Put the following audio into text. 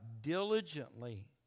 diligently